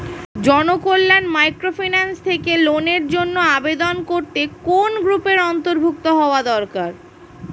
Janakalyan microfinance থেকে লোনের জন্য আবেদন করতে কোন গ্রুপের অন্তর্ভুক্ত হওয়া দরকার?